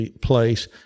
place